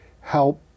help